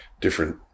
different